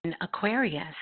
Aquarius